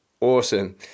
Awesome